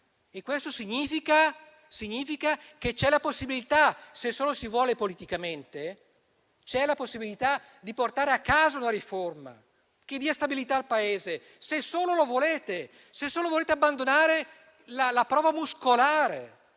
Questo significa che c'è la possibilità, se solo lo si vuole politicamente, di portare a casa una riforma che dia stabilità al Paese, se solo lo volete, se solo volete abbandonare la prova muscolare,